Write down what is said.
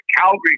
Calgary